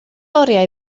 oriau